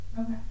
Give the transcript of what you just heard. Okay